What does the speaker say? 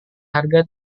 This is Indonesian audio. harga